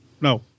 no